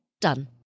Done